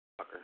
Fucker